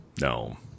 No